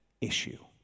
issue